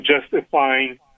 justifying